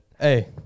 Hey